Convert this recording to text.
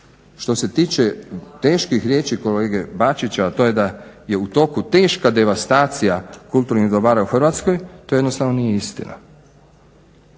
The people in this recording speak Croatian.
Što se tiče teških riječi kolege Bačića, o tome da je u toku teška devastacija kulturnih dobara u Hrvatskoj, to jednostavno nije istina.